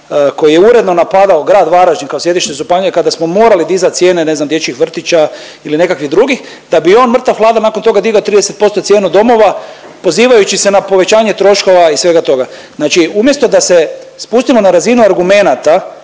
koji je uredno napadao Grad Varaždin kao sjedište županije kada smo morali dizat cijene, ne znam dječjih vrtića ili nekakvih drugih, da bi on mrtav hladan nakon toga digao 30% cijenu domova pozivajući se na povećanje troškova i svega toga. Znači umjesto da se spustimo na razinu argumenata